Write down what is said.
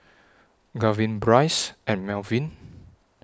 Garvin Bryce and Melvin